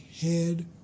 head